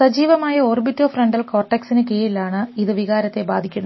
സജീവമായ ഓർബിറ്റോഫ്രോണ്ടൽ കോർട്ടെക്സിന് കീഴിലാണ് ഇത് വികാരത്തെ ബാധിക്കുന്നത്